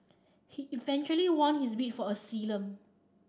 he eventually won his bid for asylum